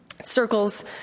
Circles